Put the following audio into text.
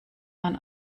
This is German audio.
man